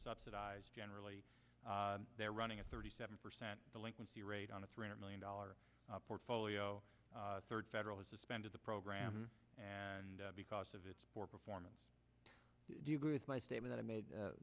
subsidized generally they're running a thirty seven percent delinquency rate on a three hundred million dollars portfolio third federal suspended the program and because of its poor performance do you agree with my statement i made